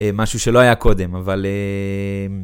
משהו שלא היה קודם, אבל...